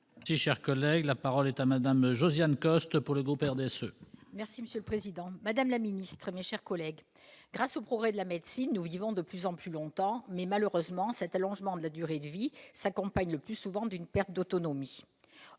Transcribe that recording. de vie en bonne santé. La parole est à Mme Josiane Costes. Monsieur le président, madame la ministre, mes chers collègues, grâce aux progrès de la médecine, nous vivons de plus en plus longtemps, mais malheureusement cet allongement de la durée de vie s'accompagne le plus souvent d'une perte d'autonomie.